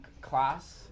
class